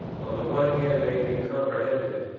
on the one hand made me comprehend it,